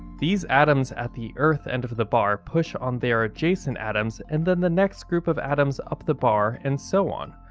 these atoms at the earth end of the bar push on their adjacent atoms, and then to the next group of atoms up the bar and so on,